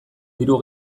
diru